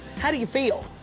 how do you feel?